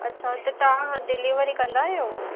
अच्छा त तव्हां डिलीवरी कंदा आहियो